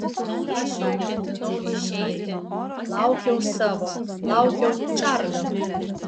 aš jau ketinau išeiti laukiau savo laukiau čarlio